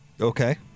Okay